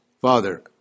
father